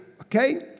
Okay